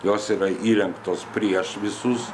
jos yra įrengtos prieš visus